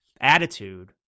attitude